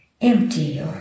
empty